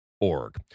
org